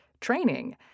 training